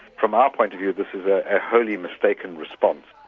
from our point of view this is a wholly mistaken response,